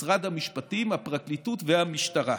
משרד המשפטים, הפרקליטות והמשטרה.